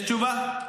יש תשובה?